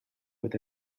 with